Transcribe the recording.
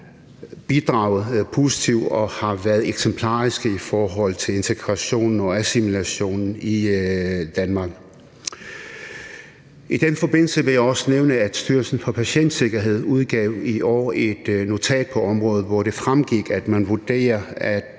bidraget positivt og har været eksemplarisk i forhold til integrationen og assimilationen i Danmark. I den forbindelse vil jeg også nævne, at Styrelsen for Patientsikkerhed i år udgav et notat på området, hvor det fremgik, at man vurderer,